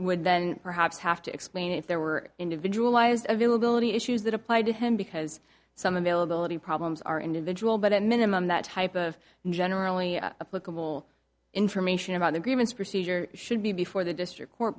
would then perhaps have to explain if there were individual lives availability issues that applied to him because some availability problems are individual but at minimum that type of generally political information about the grievance procedure should be before the district court